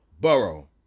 Burrow